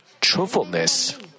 truthfulness